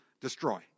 destroy